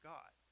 God